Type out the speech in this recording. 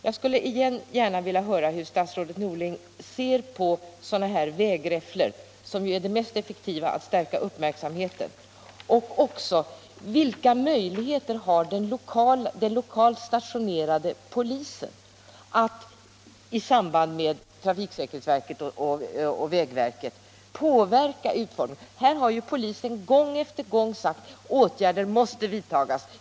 Jag skulle igen gärna vilja höra hur statsrådet Norling bedömer vägräfflor, som är det mest effektiva medlet att skärpa uppmärksamheten. Vilka möjligheter har den lokalt stationerade polisen att i samarbete med trafiksäkerhetsverket och vägverket påverka utformningen av säkerhetsåtgärderna? Polisen har gång på gång sagt att åtgärder måste vidtas.